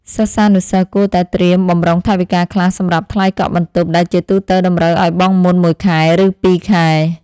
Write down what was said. សិស្សានុសិស្សគួរតែត្រៀមបម្រុងថវិកាខ្លះសម្រាប់ថ្លៃកក់បន្ទប់ដែលជាទូទៅតម្រូវឱ្យបង់មុនមួយខែឬពីរខែ។